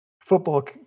football